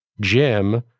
Jim